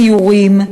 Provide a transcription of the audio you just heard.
סיורים,